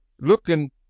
looking